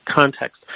context